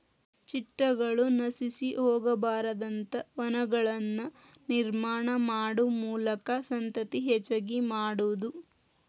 ಚಿಟ್ಟಗಳು ನಶಿಸಿ ಹೊಗಬಾರದಂತ ವನಗಳನ್ನ ನಿರ್ಮಾಣಾ ಮಾಡು ಮೂಲಕಾ ಸಂತತಿ ಹೆಚಗಿ ಮಾಡುದು